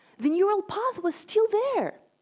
the neural path was still there.